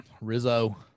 Rizzo